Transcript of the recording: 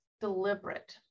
deliberate